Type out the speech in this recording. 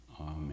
amen